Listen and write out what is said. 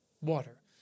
water